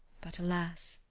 but, alas